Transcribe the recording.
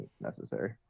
necessary